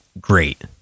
great